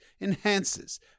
Enhances